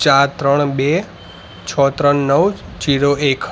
ચાર ત્રણ બે છ ત્રણ નવ જીરો એક